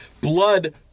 Blood